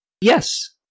Yes